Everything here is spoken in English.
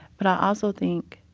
but i also think,